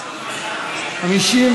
התשע"ה 2015, נתקבלה.